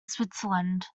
switzerland